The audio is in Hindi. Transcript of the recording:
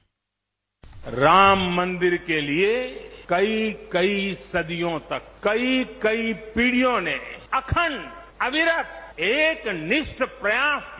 बाइट राम मंदिर के लिए कई कई सदियों तक कई कई पीढियों ने अखंड अविरत एक निष्ठ प्रयास किया